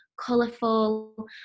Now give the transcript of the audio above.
colourful